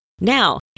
Now